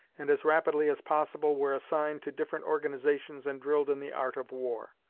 and as rapidly as possible were assigned to different organizations and drilled in the art of war.